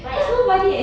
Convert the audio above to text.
why ah